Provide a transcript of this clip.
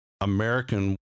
American